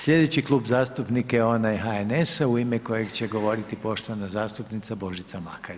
Slijedeći Klub zastupnika je onaj HNS-a u ime kojeg će govoriti poštovana zastupnica Božica Makar.